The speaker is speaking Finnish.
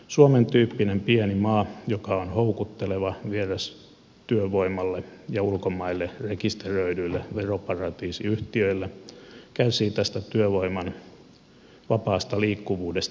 suomen tyyppinen pieni maa joka on houkutteleva vierastyövoimalle ja ulkomaille rekisteröidyille veroparatiisiyhtiöille kärsii tästä työvoiman vapaasta liikkuvuudesta eniten